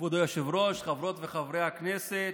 היושב-ראש, חברות וחברי הכנסת,